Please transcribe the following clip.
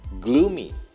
gloomy